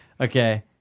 Okay